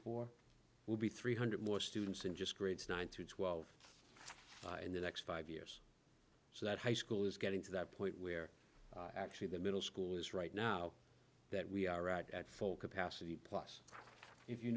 four will be three hundred more students than just grates nine to twelve in the next five years so that high school is getting to that point where actually the middle school is right now that we are out at full capacity plus if you